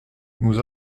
nous